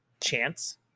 chance